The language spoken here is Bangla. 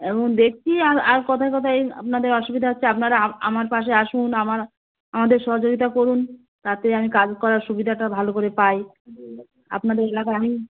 এখন দেখছি আর আর কোথায় কোথায় এই আপনাদের অসুবিধা হচ্ছে আপনারা আমার পাশে আসুন আমার আমাদের সহযোগিতা করুন তাতে আমি কাজ করার সুবিধাটা ভালো করে পাই আপনাদের এলাকায় আমি